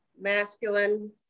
masculine